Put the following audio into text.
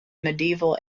medieval